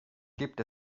gibt